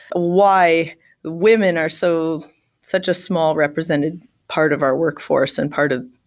why women are so such a small represented part of our work force and part of